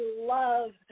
love